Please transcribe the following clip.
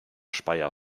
speyer